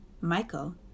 Michael